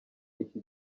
iki